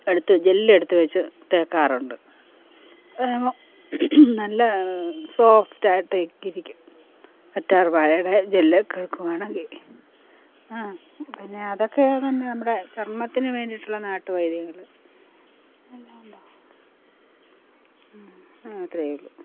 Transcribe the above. എടുത്ത് ജെല്ലെടുത്ത് വെച്ച് തേയ്ക്കാറുണ്ട് നല്ല സോഫ്റ്റായിട്ട് ഇരിക്കും കറ്റാർവാഴയുടെ ജെല്ല് കൊടുക്കുകയാണെങ്കിൽ പിന്നെ അതൊക്കെ തന്നെ നമ്മുടെ ചർമ്മത്തിന് വേണ്ടിയിട്ടുള്ള നാട്ടുവൈദ്യങ്ങൾ പിന്നെയെന്താണ് അത്രയെയുള്ളൂ